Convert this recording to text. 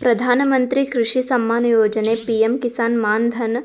ಪ್ರಧಾನ ಮಂತ್ರಿ ಕೃಷಿ ಸಮ್ಮಾನ ಯೊಜನೆ, ಪಿಎಂ ಕಿಸಾನ್ ಮಾನ್ ಧನ್